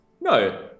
No